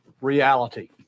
reality